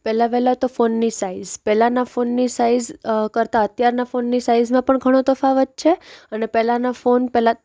પહેલા વહેલા તો ફોનની સાઈઝ પહેલાંના ફોનની સાઈઝ કરતાં અત્યારના ફોનની સાઈઝમાં પણ ઘણો તફાવત છે અને પહેલાંના ફોન પહેલાં